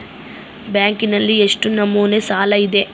ಬ್ಯಾಂಕಿನಲ್ಲಿ ಎಷ್ಟು ನಮೂನೆ ಸಾಲ ಇದೆ?